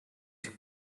too